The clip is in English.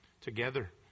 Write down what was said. together